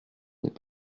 n’est